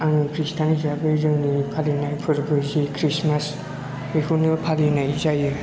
आं खृष्टान हिसाबै जोंनि फालिनाय फोर्बो जि खृष्टमास बेखौनो फालिनाय जायो